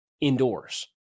indoors